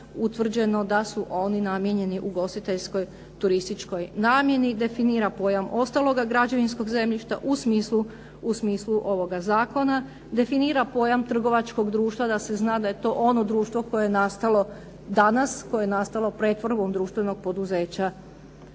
utvrđeno da su oni namijenjeni ugostiteljskoj turističkoj namjeni, definira pojam ostaloga građevinskog zemljišta u smislu ovoga zakona, definira pojam trgovačkog društva da se zna da je to ono društvo koje je nastalo danas, koje je nastalo pretvorbom društvenog poduzeća